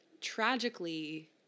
Tragically